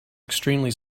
extremely